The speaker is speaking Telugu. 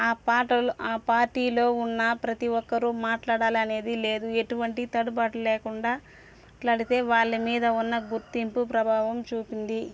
ఆ పాటలు ఆ పార్టీలో ఉన్న ప్రతి ఒక్కరూ మాట్లాడాలనేది లేదు ఎటువంటి తడబాటు లేకుండా మాట్లాడితే వాళ్ళ మీద ఉన్న గుర్తింపు ప్రభావం చూపింది